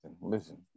listen